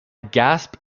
gasp